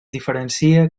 diferencia